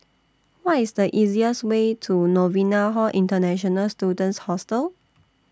Why IS The easiest Way to Novena Hall International Students Hostel